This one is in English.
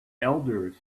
elders